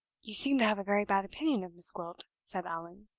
you seem to have a very bad opinion of miss gwilt, said allan.